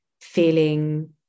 feeling